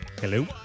Hello